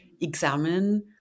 examine